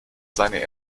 seine